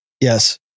Yes